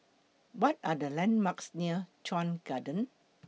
What Are The landmarks near Chuan Garden